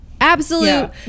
absolute